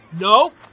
No